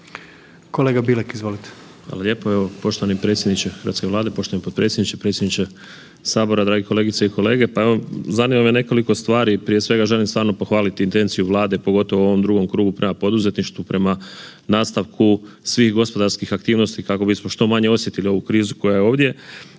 (Nezavisni)** Hvala lijepo. Poštovani predsjedniče hrvatske Vlade, poštovani potpredsjedniče, predsjedniče Sabora, drage kolegice i kolege. Pa evo zanima ne nekoliko stvari, prije svega želim stvarno pohvaliti intenciju Vlade pogotovo u ovom drugom krugu prema poduzetništvu, prema nastavku svih gospodarskih aktivnosti kako bismo što manje osjetili ovu krizu koja je ovdje.